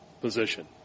position